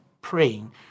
praying